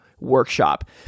workshop